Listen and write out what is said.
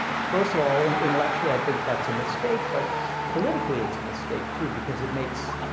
first of all, and intellectually i think that's a mistake, but politically it's a mistake too because it makes,